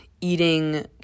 eating